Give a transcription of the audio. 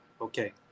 okay